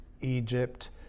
Egypt